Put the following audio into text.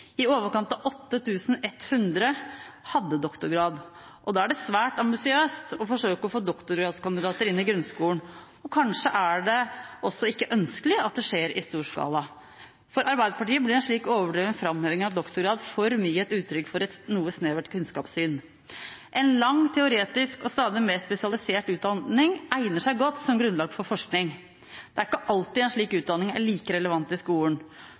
I overkant av 8 100 hadde doktorgrad. Da er det svært ambisiøst å forsøke å få doktorgradskandidater inn i grunnskolen. Kanskje er det heller ikke ønskelig at det skjer i stor skala. For Arbeiderpartiet blir en slik overdreven framheving av doktorgrad for mye et uttrykk for et noe snevert kunnskapssyn. En lang, teoretisk og stadig mer spesialisert utdanning egner seg godt som grunnlag for forskning. Det er ikke alltid en slik utdanning er like relevant i skolen,